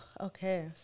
Okay